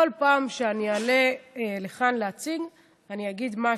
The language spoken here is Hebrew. כל פעם שאני אעלה לכאן להציג אני אגיד משהו,